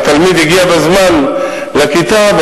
והתלמיד הגיע בזמן לכיתה,